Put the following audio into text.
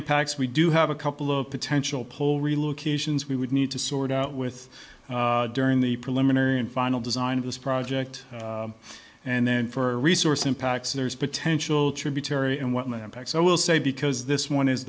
impacts we do have a couple of potential pull relocations we would need to sort out with during the preliminary and final design of this project and then for resource impacts there's potential tributary and what my impacts i will say because this one is